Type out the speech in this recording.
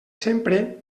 sempre